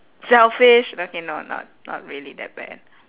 selfish okay no not not really that bad